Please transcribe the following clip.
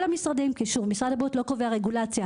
המשרדים כי משרד הבריאות לא קובע רגולציה,